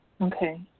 Okay